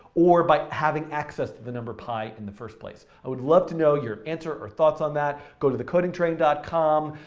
or by having access to the number pi in the first place? i would love to know your answer or thoughts on that. go to thecodingtrain com.